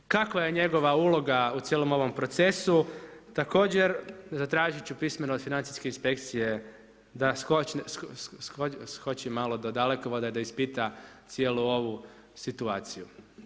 Kakva je njegova uloga u cijelom ovom procesu, također, tražiti ću pismeno od financijske inspekcije da skoči malo do Dalekovoda, da ispita cijelu ovu situaciju.